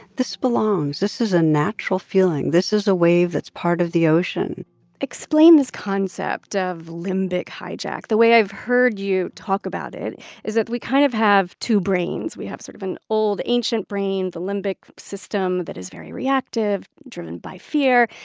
this belongs. this is a natural feeling. this is a wave that's part of the ocean explain this concept ah of limbic hijack. the way i've heard you talk about it is that we kind of have two brains. we have sort of an old, ancient brain the limbic system that is very reactive, driven by fear.